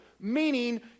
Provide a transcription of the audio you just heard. meaning